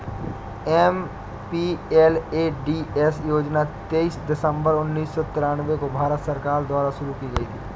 MPLADS योजना तेईस दिसंबर उन्नीस सौ तिरानवे को भारत सरकार द्वारा शुरू की गयी थी